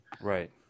Right